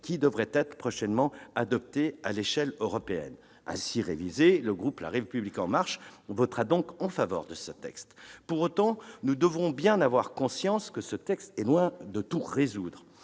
qui devraient être prochainement adoptées à l'échelle européenne. Le groupe La République En Marche votera donc en faveur de ce texte ainsi révisé. Pour autant, nous devons bien avoir conscience que celui-ci est loin de tout résoudre.